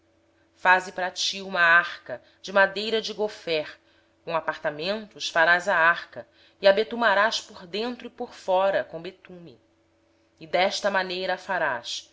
faze para ti uma arca de madeira de gôfer farás compartimentos na arca e a revestirás de betume por dentro e por fora desta maneira a farás